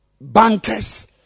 bankers